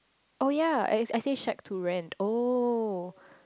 oh yea I I say Shed to Rent oh